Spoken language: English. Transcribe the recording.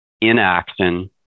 inaction